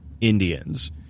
Indians